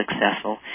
successful